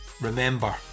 remember